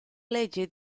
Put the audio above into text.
legge